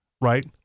right